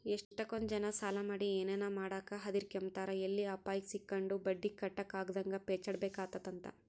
ಎಷ್ಟಕೊಂದ್ ಜನ ಸಾಲ ಮಾಡಿ ಏನನ ಮಾಡಾಕ ಹದಿರ್ಕೆಂಬ್ತಾರ ಎಲ್ಲಿ ಅಪಾಯುಕ್ ಸಿಕ್ಕಂಡು ಬಟ್ಟಿ ಕಟ್ಟಕಾಗುದಂಗ ಪೇಚಾಡ್ಬೇಕಾತ್ತಂತ